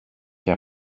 και